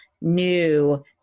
new